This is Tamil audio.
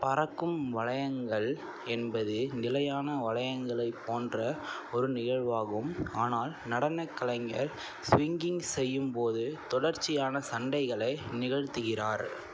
பறக்கும் வளையங்கள் என்பது நிலையான வளையங்களைப் போன்ற ஒரு நிகழ்வாகும் ஆனால் நடனக் கலைஞர் ஸ்விங்கிங் செய்யும் போது தொடர்ச்சியான சண்டைகளை நிகழ்த்துகிறார்